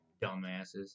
dumbasses